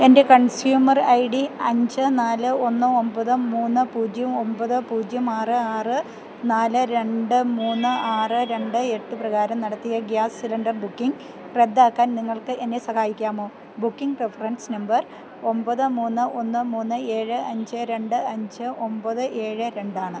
എൻ്റെ consumer I D അഞ്ച് നാല് ഒന്ന് ഒമ്പത് മൂന്ന് പൂജ്യം ഒമ്പത് പൂജ്യം ആറ് ആറ് നാല് രണ്ട് മൂന്ന് ആറ് രണ്ട് എട്ട് പ്രകാരം നടത്തിയ ഗ്യാസ് സിലിണ്ടർ ബുക്കിംഗ് റദ്ദാക്കാൻ നിങ്ങൾക്കെന്നെ സഹായിക്കാമോ ബുക്കിംഗ് റഫറൻസ് നമ്പർ ഒമ്പത് മൂന്ന് ഒന്ന് മൂന്ന് ഏഴ് അഞ്ച് രണ്ട് അഞ്ച് ഒമ്പത് ഏഴ് രണ്ടാണ്